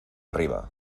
arriba